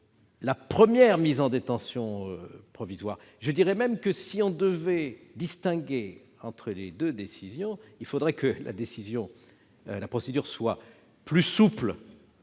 la première mise en détention provisoire. Je dirais même que, si l'on devait distinguer entre les deux décisions, il faudrait que la procédure soit plus souple